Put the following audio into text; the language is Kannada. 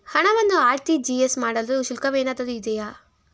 ಹಣವನ್ನು ಆರ್.ಟಿ.ಜಿ.ಎಸ್ ಮಾಡಲು ಶುಲ್ಕವೇನಾದರೂ ಇದೆಯೇ?